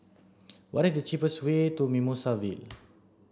what is the cheapest way to Mimosa Vale